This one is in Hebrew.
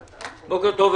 בוקר טוב.